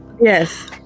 Yes